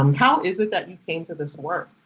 um how is it that you came to this work?